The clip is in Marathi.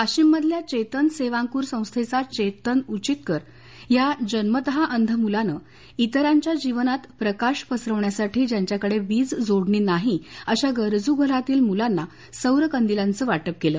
वशिम मधल्या चेतन सेवांक्र संस्थेचा चेतन उचितकर ह्या जन्मतः अंध मुलानं इतरांच्या जीवनात प्रकाश पसरवण्यासाठी ज्यांच्याकडे वीज जोडणी नाही अशा गरजू घरातील मुलाना सौर कदीलाच वाटप केल